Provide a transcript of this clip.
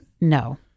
No